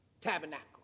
tabernacle